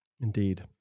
Indeed